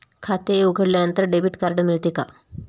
खाते उघडल्यानंतर debit card मिळते का?